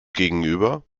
gegenüber